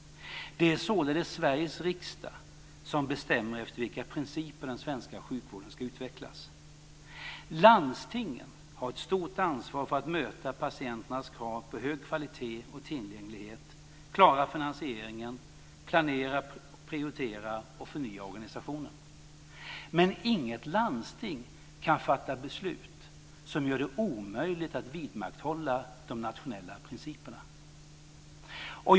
Det är således Sveriges riksdag som bestämmer efter vilka principer den svenska sjukvården ska utvecklas. - Landstingen har ett stort ansvar för att möta patienternas krav på hög kvalitet och tillgänglighet, klara finansieringen, planera, prioritera och förnya organisationen. - Men inget landsting kan fatta beslut som gör det omöjligt att vidmakthålla de nationella principerna.